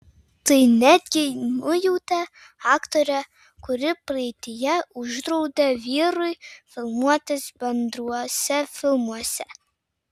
tai netgi nujautė aktorė kuri praeityje uždraudė vyrui filmuotis bendruose filmuose